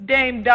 Dame